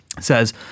says